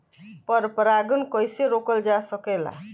पर परागन कइसे रोकल जा सकेला?